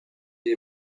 est